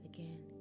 Again